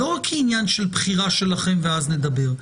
לא רק עניין של בחירה שלכם ואז נדבר.